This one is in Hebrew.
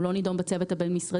הוא לא נדון בצוות הבין-משרדי.